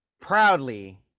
proudly